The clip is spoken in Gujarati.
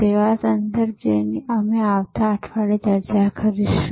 સેવા સંદર્ભ જેની અમે આ અઠવાડિયે ચર્ચા કરીશું